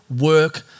work